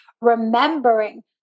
remembering